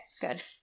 Good